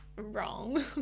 Wrong